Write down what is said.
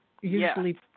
usually